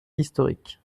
historique